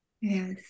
Yes